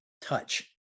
touch